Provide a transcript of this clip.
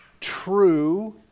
true